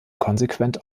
konsequent